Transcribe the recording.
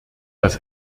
das